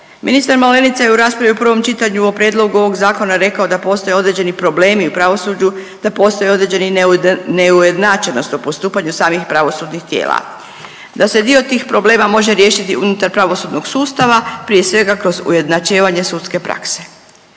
Ministar Malenica je u raspravi u pravom čitanju o prijedlogu ovog Zakona rekao da postoje određeni problemi u pravosuđu, da postoji određena neujednačenost u postupanju samih pravosudnih tijela. Da se dio tih problema može riješiti unutar pravosudnog sustava prije svega kroz ujednačivanje sudske prakse.